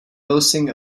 boasting